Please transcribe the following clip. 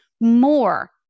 more